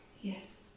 Yes